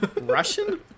Russian